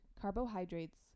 carbohydrates